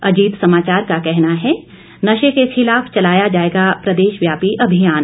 अजीत समाचार का कहना है नशे के खिलाफ चलाया जाएगा प्रदेश व्यापी अभियान